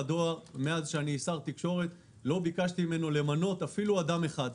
מאז שאני שר תקשורת לא ביקשתי ממנכ"ל הדואר למנות אפילו אדם אחד.